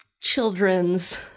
children's